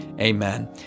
Amen